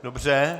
Dobře.